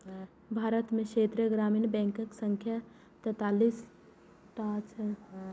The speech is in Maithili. भारत मे क्षेत्रीय ग्रामीण बैंकक संख्या तैंतालीस टा छै